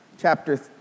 chapter